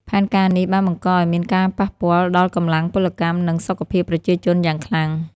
ផែនការនេះបានបង្កឱ្យមានការប៉ះពាល់ដល់កម្លាំងពលកម្ម និងសុខភាពប្រជាជនយ៉ាងខ្លាំង។